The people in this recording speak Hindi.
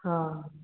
हाँ